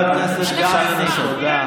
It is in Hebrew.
חבר הכנסת גפני, תודה.